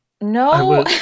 no